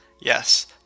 Yes